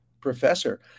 professor